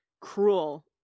cruel